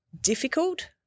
difficult